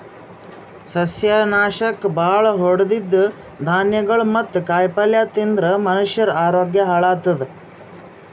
ಸಸ್ಯನಾಶಕ್ ಭಾಳ್ ಹೊಡದಿದ್ದ್ ಧಾನ್ಯಗೊಳ್ ಮತ್ತ್ ಕಾಯಿಪಲ್ಯ ತಿಂದ್ರ್ ಮನಷ್ಯರ ಆರೋಗ್ಯ ಹಾಳತದ್